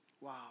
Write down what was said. wow